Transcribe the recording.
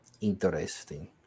Interesting